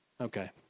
Okay